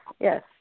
Yes